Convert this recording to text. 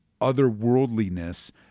otherworldliness